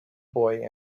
boy